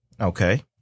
Okay